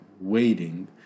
waiting